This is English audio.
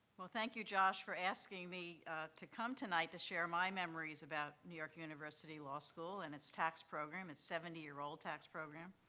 well, thank you, josh, for asking me to come tonight to share my memories about new york university law school and its tax program, its seventy year old tax program.